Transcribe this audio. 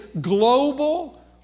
global